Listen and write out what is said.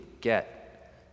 get